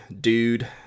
Dude